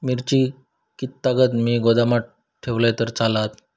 मिरची कीततागत मी गोदामात ठेवलंय तर चालात?